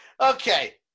Okay